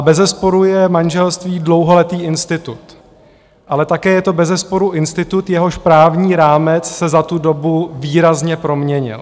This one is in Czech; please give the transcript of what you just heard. Bezesporu je manželství dlouholetý institut, ale také je to bezesporu institut, jehož právní rámec se za tu dobu výrazně proměnil.